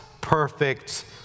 perfect